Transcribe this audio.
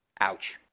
Ouch